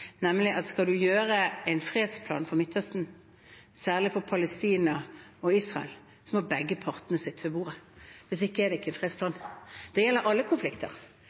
nemlig at skal man lage en fredsplan for Midtøsten, særlig for Palestina og Israel, må begge parter sitte ved bordet – hvis ikke er det ikke en fredsplan. Det gjelder alle konflikter.